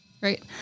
right